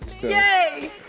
Yay